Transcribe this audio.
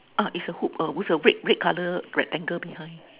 uh it's a hoop uh with the red red color rectangle behind